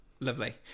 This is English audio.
lovely